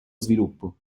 sviluppo